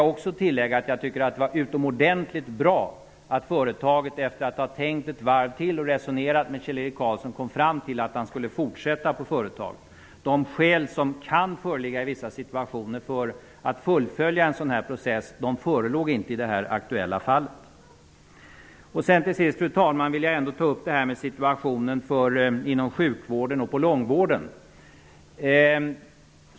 Jag vill tillägga att jag tycker att det var utomordentligt bra att företaget efter att ha tänkt en gång till och resonerat med Kjell-Erik Karlsson kom fram till att han skulle fortsätta på företaget. De skäl som i vissa situationer kan föreligga att fullfölja en sådan här process förelåg inte i det här aktuella fallet. Till sist, fru talman, vill jag ändå ta upp situationen inom sjukvården och på långvården.